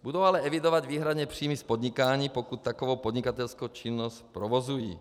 Budou ale evidovat výhradně příjmy z podnikání, pokud takovou podnikatelskou činnost provozují.